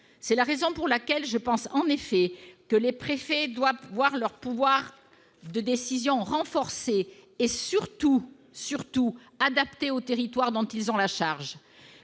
C'est la raison pour laquelle je pense en effet que les préfets doivent voir leur pouvoir de décision renforcé et surtout- surtout ! -adapté aux territoires dont ils ont la charge.